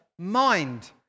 mind